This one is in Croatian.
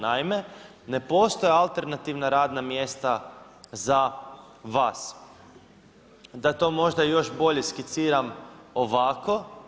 Naime, ne postoje alternativna radna mjesta za vas da to možda još bolje skiciram ovako.